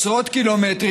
עשרות קילומטרים,